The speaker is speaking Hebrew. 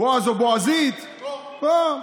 בועז או בועזית, לא.